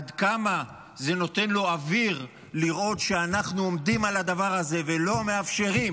עד כמה זה נותן לו אוויר לראות שאנחנו עומדים על הדבר הזה ולא מאפשרים